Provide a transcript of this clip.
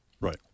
right